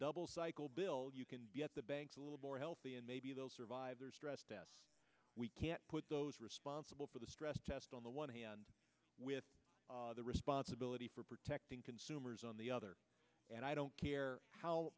double cycle billing you can get the banks a little more healthy and maybe they'll survive their stress test we can't put those responsible for the stress test on the one hand with the responsibility for protecting consumers on the other and i don't care how